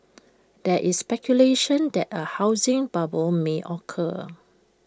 there is speculation that A housing bubble may occur